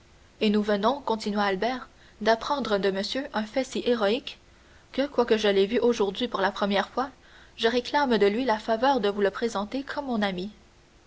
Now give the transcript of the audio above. et nous venons continua albert d'apprendre de monsieur un fait si héroïque que quoique je l'aie vu aujourd'hui pour la première fois je réclame de lui la faveur de vous le présenter comme mon ami